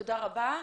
תודה רבה.